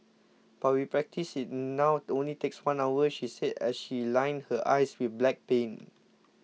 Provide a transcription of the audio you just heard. but with practice it now only takes one hour she said as she lined her eyes with black paint